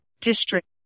District